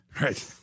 right